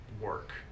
work